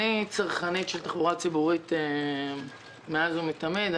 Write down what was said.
אני צרכנית של תחבורה ציבורית מאז ומתמיד.